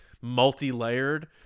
multi-layered